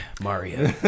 mario